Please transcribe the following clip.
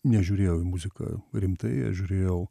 nežiūrėjau į muziką rimtai aš žiūrėjau